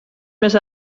més